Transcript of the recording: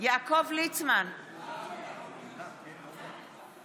יאיר לפיד, אינו נוכח לימור מגן